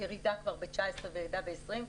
ירידה כבר ב-19' וירידה ב-20'.